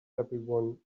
everyone